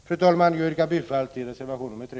Fru talman! Jag yrkar bifall till reservation 3.